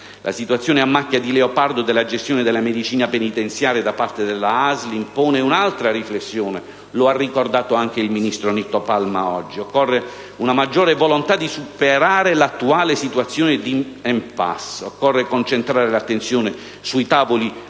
La situazione a macchia di leopardo della gestione della medicina penitenziaria da parte delle ASL impone - come ha ricordato anche il ministro Palma oggi - una riflessione: occorre una maggiore volontà per superare l'attuale situazione di *impasse*, occorre concentrare l'attenzione sui tavoli